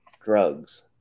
drugs